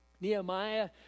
Nehemiah